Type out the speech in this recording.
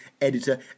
editor